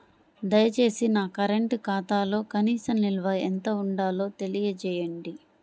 దయచేసి నా కరెంటు ఖాతాలో కనీస నిల్వ ఎంత ఉండాలో తెలియజేయండి